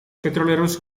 petroleros